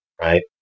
right